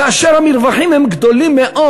כאשר המרווחים הם גדולים מאוד,